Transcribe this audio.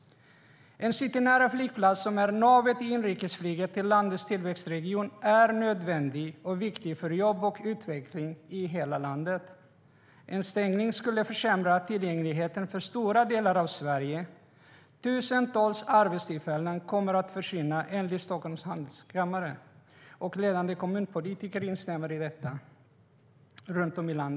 En citynära flygplats som är navet i inrikesflyget till landets tillväxtregion är nödvändig och viktig för jobb och utveckling i hela landet. En stängning skulle försämra tillgängligheten för stora delar av Sverige. Tusentals arbetstillfällen kommer att försvinna enligt Stockholms handelskammare, och ledande kommunpolitiker runt om i landet instämmer i detta.